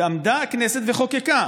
ועמדה הכנסת וחוקקה,